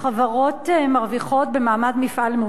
חברות מרוויחות במעמד מפעל מאושר,